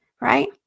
right